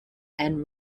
and